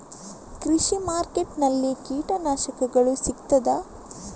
ಕೃಷಿಮಾರ್ಕೆಟ್ ನಲ್ಲಿ ಕೀಟನಾಶಕಗಳು ಸಿಗ್ತದಾ?